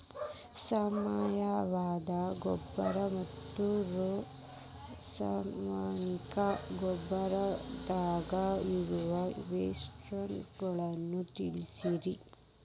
ಸಾವಯವ ಗೊಬ್ಬರ ಮತ್ತ ರಾಸಾಯನಿಕ ಗೊಬ್ಬರದಾಗ ಇರೋ ವ್ಯತ್ಯಾಸಗಳನ್ನ ತಿಳಸ್ರಿ